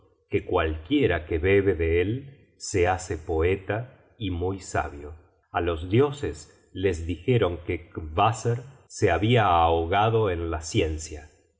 que cualquiera que bebe de él se hace poeta y muy sabio a los dioses les dijeron que qvaser se habia ahogado en la ciencia